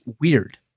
weird